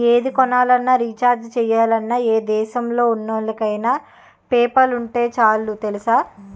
ఏది కొనాలన్నా, రీచార్జి చెయ్యాలన్నా, ఏ దేశంలో ఉన్నోళ్ళకైన పేపాల్ ఉంటే చాలు తెలుసా?